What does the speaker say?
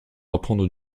apprendre